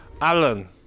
Alan